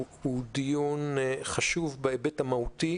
הוא דיון חשוב בהיבט המהותי,